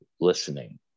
listening